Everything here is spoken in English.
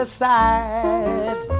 side